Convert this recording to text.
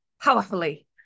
powerfully